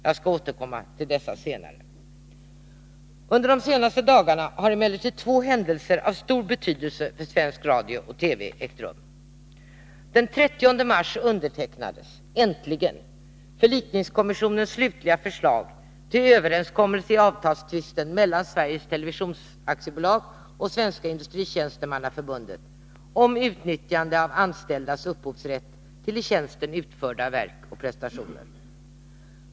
Jag skall återkomma till direktiven senare. Under de senaste dagarna har emellertid två händelser av stor betydelse för svensk radio och TV ägt rum. Den 30 mars undertecknades — äntligen — förlikningskommissionens slutliga förslag till överenskommelse i avtalstvisten mellan Sveriges Televisions AB och Svenska Industritjänstemannaförbundet om utnyttjande av anställdas upphovsrätt till i tjänsten utförda verk och prestationer.